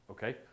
Okay